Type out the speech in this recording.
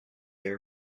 air